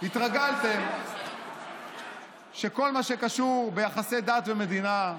התרגלתם שכל מה שקשור ביחסי דת ומדינה,